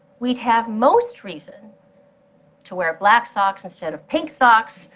we'd have most reason to wear black socks instead of pink socks,